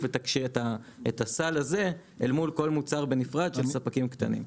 את הסל הזה אל מול כל מוצר בנפרד של ספקים קטנים.